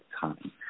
time